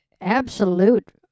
absolute